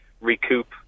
recoup